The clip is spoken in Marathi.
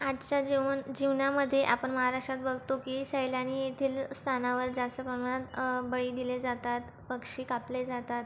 आमच्या जीवन जीवनामध्ये आपण महाराष्ट्रात बघतो की सैलानी येथील स्थानावर जास्त प्रमाणात बळी दिले जातात पक्षी कापले जातात